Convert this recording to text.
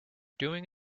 doing